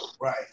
Right